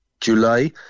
July